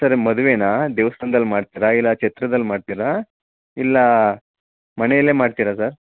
sir ಮದುವೇನ ದೇವ್ಸ್ಥಾನದಲ್ಲಿ ಮಾಡ್ತೀರಾ ಇಲ್ಲ ಛತ್ರದಲ್ಲಿ ಮಾಡ್ತೀರಾ ಇಲ್ಲಾ ಮನೆಯಲ್ಲೇ ಮಾಡ್ತೀರಾ ಸರ್